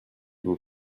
vous